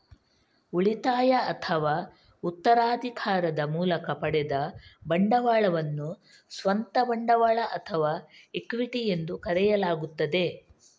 ಉಳಿತಾಯ ಅಥವಾ ಉತ್ತರಾಧಿಕಾರದ ಮೂಲಕ ಪಡೆದ ಬಂಡವಾಳವನ್ನು ಸ್ವಂತ ಬಂಡವಾಳ ಅಥವಾ ಇಕ್ವಿಟಿ ಎಂದು ಕರೆಯಲಾಗುತ್ತದೆ